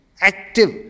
active